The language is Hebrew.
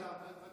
תגיד לי,